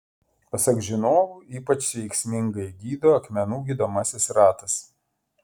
pasak žinovų ypač veiksmingai gydo akmenų gydomasis ratas